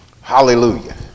Hallelujah